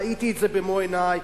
ראיתי את זה במו עיני,